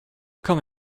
come